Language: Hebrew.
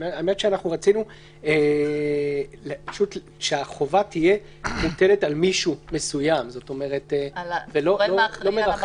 האמת היא שאנחנו רצינו שהחובה תהיה מוטלת על מישהו מסוים ולא מרחף.